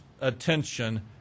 attention